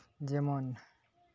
ᱡᱮᱢᱚᱱ